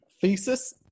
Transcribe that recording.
thesis